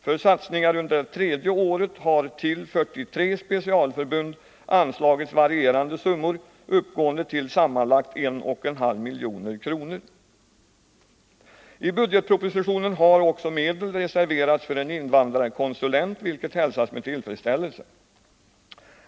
För satsningar under det tredje året har till 43 specialförbund anslagits varierande summor, uppgående till sammanlagt 1,5 milj.kr. I budgetpropositionen har också medel reserverats för en invandrarkonsulent, vilket hälsas med tillfredsställelse.